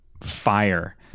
fire